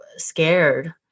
scared